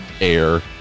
air